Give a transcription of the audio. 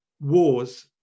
wars